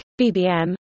BBM